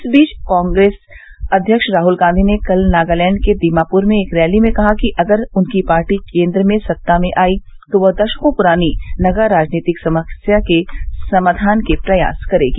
इस बीच कांग्रेस अध्यक्ष राहुल गांधी ने कल नगालैंड के दीमापुर में एक रैली में कहा है कि अगर उनकी पार्टी केन्द्र में सत्ता में आयी तो वह दशकों प्रानी नगा राजनीतिक समस्या के समाधान के प्रयास करेगी